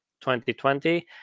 2020